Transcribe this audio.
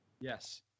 Yes